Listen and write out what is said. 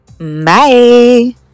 Bye